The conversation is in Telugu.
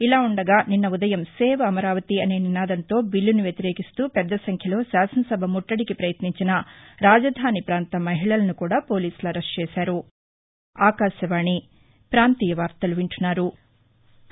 ఇలావుండగానిన్న ఉదయం సేవ్ అమరావతి అనే నినాదంతో బిల్లును వ్యతిరేకిస్తూ పెద్దసంఖ్యలో శాసనసభ ముట్టడికి పయత్నించిన రాజధాని పాంత మహిళలను కూడా పోలీసులు అరెస్ట్ చేశారు